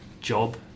job